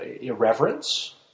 irreverence